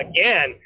again